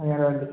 ଆଜ୍ଞା ରହିଲି